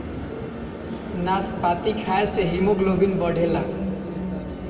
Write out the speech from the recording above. नाशपाती खाए से हिमोग्लोबिन बढ़ेला